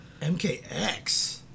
MKX